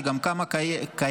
שגם ככה קיימת,